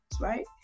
right